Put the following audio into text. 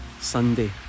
Sunday